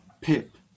Pip